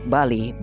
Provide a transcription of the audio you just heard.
Bali